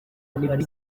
nibwo